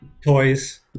toys